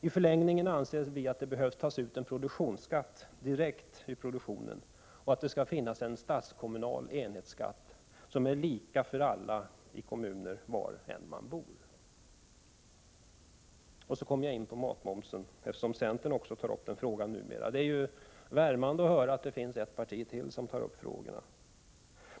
I förlängningen behövs det en produktionsskatt, som tas ut direkt i produktionen, och en statskommunal enhetsskatt, som är lika för alla kommuner. Därmed kommer jag in på frågan om matmomsen, som centern numera också tar upp — det är värmande att höra att ett annat parti gör det.